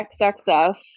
XXS